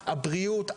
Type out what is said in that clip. הבריאות,